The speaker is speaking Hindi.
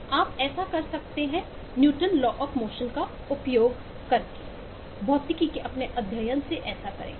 आप ऐसा कर सकते हैं न्यूटन लॉ ऑफ मोशन का उपयोग करके भौतिकी के अपने अध्ययन से ऐसा करें